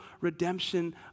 redemption